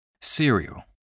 Cereal